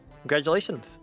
congratulations